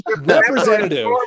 Representative